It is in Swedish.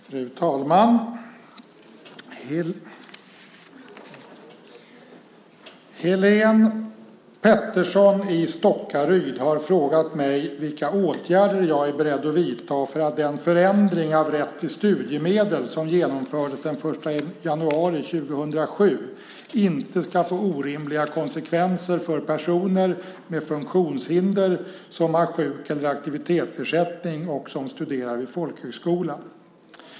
Fru talman! Helene Petersson i Stockaryd har frågat mig vilka åtgärder jag är beredd att vidta för att den förändring av rätt till studiemedel som genomfördes den 1 januari 2007 inte ska få orimliga konsekvenser för personer med funktionshinder som har sjuk eller aktivitetsersättning och som studerar vid folkhögskola.